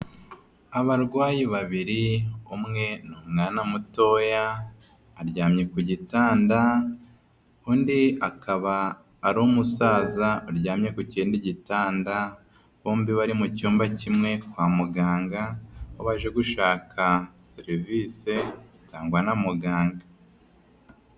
Abarwayi babiri, umwe ni umwana mutoya aryamye ku gitanda, undi akaba ari umusaza uryamye ku kindi gitanda, bombi bari mu cyumba kimwe kwa muganga; aho baje gushaka serivisi zitangwa na muganga.